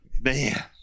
Man